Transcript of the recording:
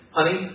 Honey